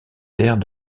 terres